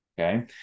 Okay